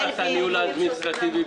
איפה נכנס הניהול האדמיניסטרטיבי?